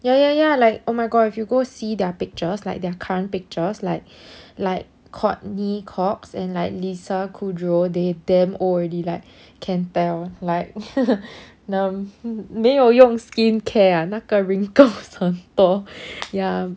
ya ya ya like oh my god if you go see their pictures like their current pictures like like courteney cox and like lisa kudrow they damn old already like can tell like um 没有用 skincare lah 那个 wrinkles 很多 ya